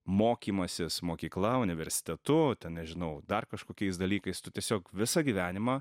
mokymasis mokykla universitetu nežinau dar kažkokiais dalykais tu tiesiog visą gyvenimą